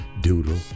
doodle